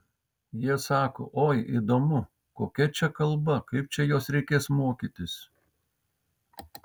jie sako oi įdomu kokia čia kalba kaip čia jos reikės mokytis